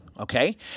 Okay